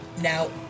Now